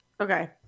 Okay